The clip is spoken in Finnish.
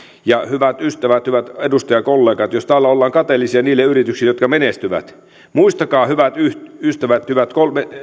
ja hyvät ystävät hyvät edustajakollegat jos täällä ollaan kateellisia niille yrityksille jotka menestyvät niin muistakaa hyvät ystävät hyvät